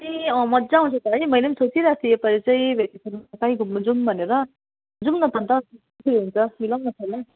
ए मज्जा आउँछ त है मैले पनि सोचिरहेको थिएँ योपालि चाहिँ भेकेसनमा चाहिँ कतै घुम्नु जौँ भनेर जौँ न त अन्त के हुन्छ मिलाउँ न सल्लाह